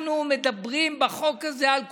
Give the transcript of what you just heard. אנחנו מדברים בחוק הזה על כולם.